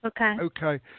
Okay